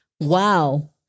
wow